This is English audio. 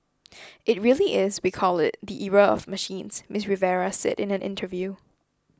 it really is we call it the era of machines Miss Rivera said in an interview